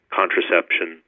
contraception